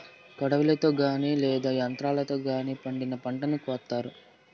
కొడవలితో గానీ లేదా యంత్రాలతో గానీ పండిన పంటను కోత్తారు